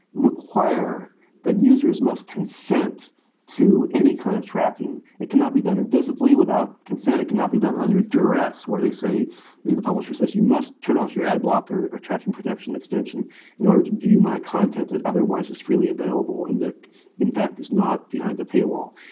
require that users must consent to any kind of tracking. it cannot be done invisibly without consent. it cannot be done under duress where they say the the publisher says, you must turn off your ad block or or tracking protection extension in order to view my content that otherwise is freely available. and in fact, it's not behind the pay-wall.